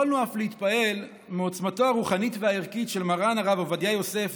יכולנו אף להתפעל מעוצמתו הרוחנית והערכית של מרן הרב עובדיה יוסף,